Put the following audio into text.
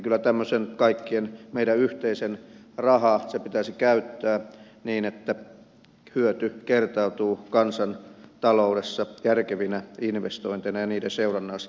kyllä kaikkien meidän tämmöinen yhteinen raha pitäisi käyttää niin että hyöty kertautuu kansantaloudessa järkevinä investointeina ja niiden seurannaisvaikutuksina